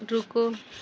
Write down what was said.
रुको